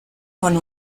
von